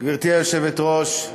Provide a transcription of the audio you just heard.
גברתי היושבת-ראש,